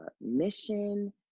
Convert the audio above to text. mission